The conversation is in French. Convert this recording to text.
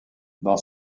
dans